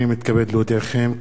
הנני מתכבד להודיעכם,